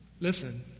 Listen